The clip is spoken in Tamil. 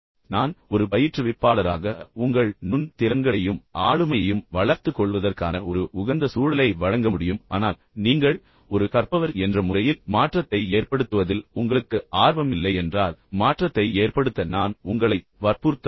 நான் ஒரு பயிற்றுவிப்பாளராக உங்கள் நுண் திறன்களையும் ஆளுமையையும் வளர்த்துக் கொள்வதற்கான ஒரு உகந்த சூழலை வழங்க முடியும் ஆனால் நீங்கள் ஒரு கற்பவர் என்ற முறையில் மாற்றத்தை ஏற்படுத்துவதில் உங்களுக்கு ஆர்வம் இல்லை என்றால் மாற்றத்தை ஏற்படுத்த நான் உங்களைத் வற்புறுத்த முடியாது